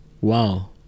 wow